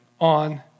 on